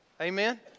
amen